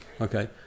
Okay